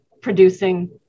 producing